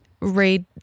Read